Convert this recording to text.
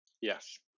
Yes